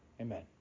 amen